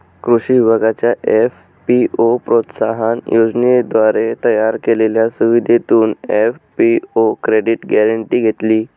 कृषी विभागाच्या एफ.पी.ओ प्रोत्साहन योजनेद्वारे तयार केलेल्या सुविधेतून एफ.पी.ओ क्रेडिट गॅरेंटी घेतली